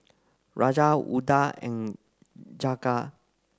Raja Udai and Jagat